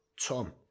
Tom